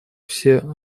все